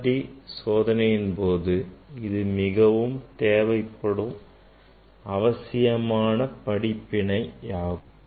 XRD சோதனையின் போது இது மிகவும் தேவைப்படும் அவசியமான படிப்பினையாகும்